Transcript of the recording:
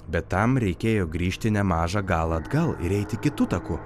bet tam reikėjo grįžti nemažą galą atgal ir eiti kitu taku